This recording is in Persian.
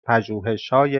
پژوهشهای